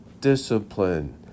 discipline